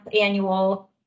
annual